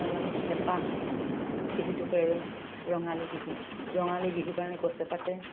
মানে হেঁপাহ যিহেতুকে আৰু ৰঙালী বিহু ৰঙালী বিহুৰ কাৰণে গছে পাতে